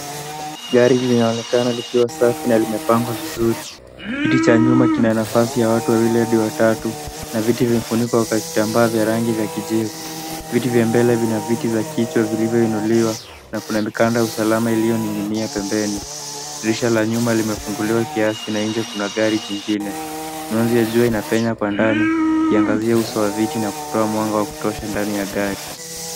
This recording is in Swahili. Gari linaonekana likiwa safi na limepangwa vizuri kiti cha nyuma kina nafasi ya watu wawili hadi watatu na viti vimefunikwa kwa kitambaa vya rangi vya kijivu ,viti vya mbele vina viti za kichwa vilivyoinuliwa na kuna mikanda usalama iliyoning'inia pembeni, dirisha la nyuma limefunguliwa kiasi na nje kuna gari jingine, taunzie jua inapenya kwa ndani kiangazie uso wa viti na kutoa mwanga wa kutosha ndani ya gari.